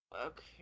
Okay